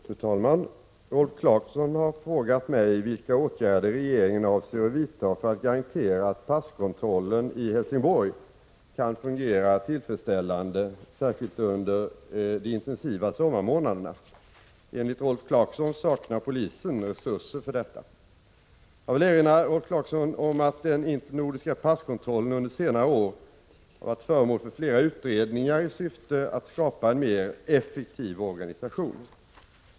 Fru talman! Rolf Clarkson har frågat mig vilka åtgärder regeringen avser att vidta för att garantera att passkontrollen i Helsingborg kan fungera tillfredsställande, särskilt under de intensiva sommarmånaderna. Enligt Rolf Clarkson saknar polisen resurser för detta. Jag vill erinra Rolf Clarkson om att den internordiska passkontrollen under senare år har varit föremål för flera utredningar i syfte att skapa en mer effektiv organisation.